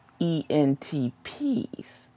ENTPs